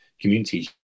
communities